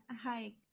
hi